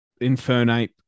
Infernape